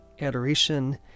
adoration